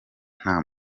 nta